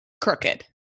crooked